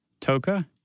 Toka